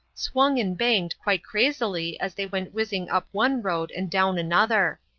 swung and banged quite crazily as they went whizzing up one road and down another.